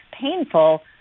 painful